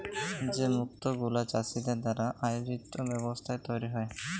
যে মুক্ত গুলা চাষীদের দ্বারা আয়জিত ব্যবস্থায় তৈরী হ্যয়